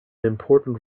important